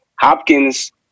Hopkins